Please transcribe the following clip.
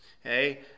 Hey